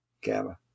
Gamma